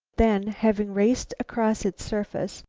then, having raced across its surface,